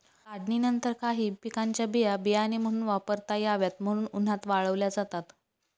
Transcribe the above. काढणीनंतर काही पिकांच्या बिया बियाणे म्हणून वापरता याव्यात म्हणून उन्हात वाळवल्या जातात